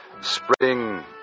spreading